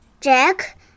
Jack